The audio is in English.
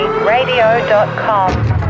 Radio.com